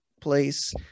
place